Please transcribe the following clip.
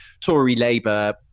Tory-Labour